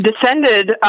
descended